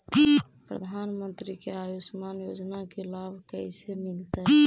प्रधानमंत्री के आयुषमान योजना के लाभ कैसे मिलतै?